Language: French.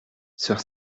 soeur